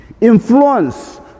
influence